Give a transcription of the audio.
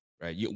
Right